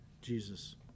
Jesus